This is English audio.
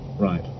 right